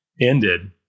ended